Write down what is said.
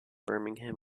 birmingham